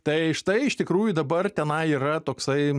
tai štai iš tikrųjų dabar tenai yra toksai